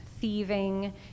thieving